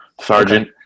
Sergeant